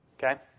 Okay